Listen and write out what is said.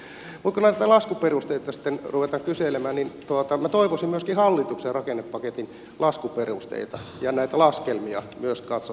mutta kun näitä laskuperusteita sitten ruvetaan kyselemään niin minä toivoisin myöskin hallituksen rakennepaketin laskuperusteita ja näitä laskelmia myös katsottavaksi